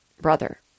brother